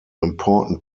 important